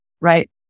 Right